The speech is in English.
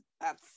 That's-